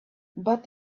but